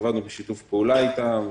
עבדנו בשיתוף פעולה איתם.